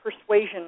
persuasion